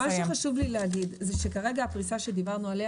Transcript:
מה שחשוב לי להגיד הוא שכרגע הפריסה שדיברנו עליה